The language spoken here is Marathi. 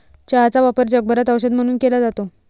चहाचा वापर जगभरात औषध म्हणून केला जातो